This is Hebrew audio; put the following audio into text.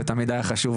ותמיד היה חשוב,